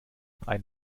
ein